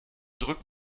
drück